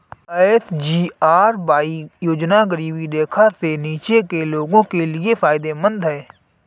SGRY योजना गरीबी रेखा से नीचे के लोगों के लिए फायदेमंद है